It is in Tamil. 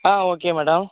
ah okay madam